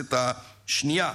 בכנסת השנייה.